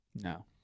No